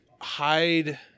hide